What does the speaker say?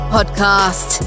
Podcast